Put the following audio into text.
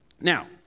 Now